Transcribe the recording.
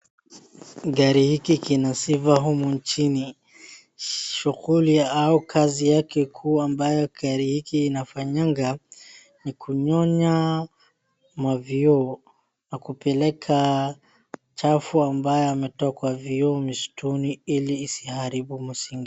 Gari hiki kina sifa humu nchini. Shughuli au kazi yake kuu ambayo gari hiki inafanyanga, ni kunyonya mavyoo na kupeleka chafu ambayo ametoa kwa vyoo misituni ili isiharibu musingi.